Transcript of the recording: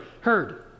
heard